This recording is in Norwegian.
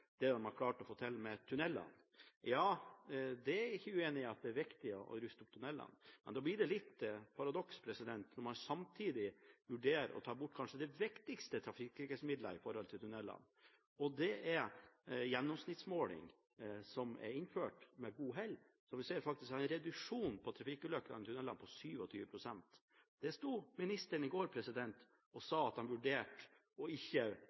det de har klart å få til med tunellene. Jeg er ikke uenig i at det er viktig å ruste opp tunellene, men da blir det et lite paradoks når man samtidig vurderer å ta bort kanskje det viktigste trafikksikkerhetstiltaket når det gjelder tuneller, og det er gjennomsnittsmåling, som er innført med stort hell. Vi ser faktisk en reduksjon av trafikkulykkene i tunellene på 27 pst. Ministeren sa i går at han vurderte ikke